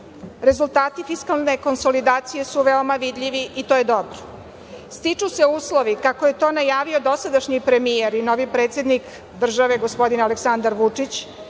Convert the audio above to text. rezultati fiskalne konsolidacije su veoma vidljivi i to je dobro. Stiču se uslovi, kako je to najavio dosadašnji premijer i novi predsednik države, gospodin Aleksandar Vučić,